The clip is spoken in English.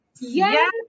yes